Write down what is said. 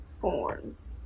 forms